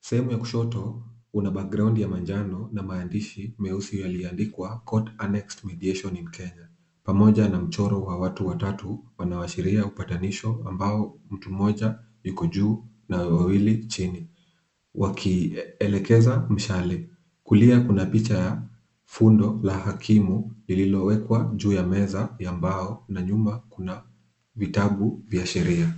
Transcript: Sehemu ya kushoto kuna background ya manjano na maandishi meusi yaliyoandikwa Court Annexed Mediation in Kenya pamoja na mchoro wa watu watatu wanaoashiria upatanisho ambao mtu mmoja yuko juu na wawili chini wakielekeza mshale. Kulia kuna picha ya fundo la hakimu lililowekwa juu ya meza ya mbao na nyuma kuna vitabu vya sheria.